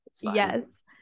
yes